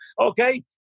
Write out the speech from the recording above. okay